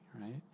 right